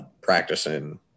practicing